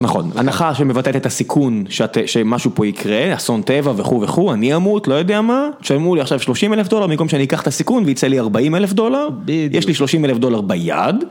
נכון, הנחה שמבטאת את הסיכון שמשהו פה יקרה, אסון טבע וכו' וכו', אני אמות, לא יודע מה, תשלמו לי עכשיו שלושים אלף דולר במקום שאני אקח את הסיכון וייצא לי ארבעים אלף דולר, יש לי שלושים אלף דולר ביד.